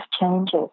changes